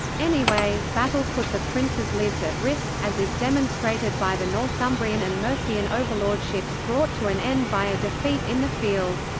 anyway, battle put the princes' lives at risk, as is demonstrated by the northumbrian and mercian overlordships brought to an end by a defeat in the field.